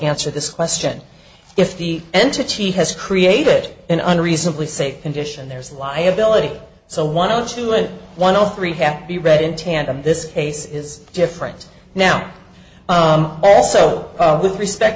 answer this question if the entity has created an unreasonably safe condition there's liability so one of two and one all three have to be read in tandem this case is different now so with respect